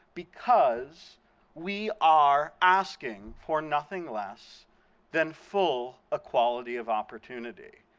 because we are asking for nothing less than full equality of opportunity.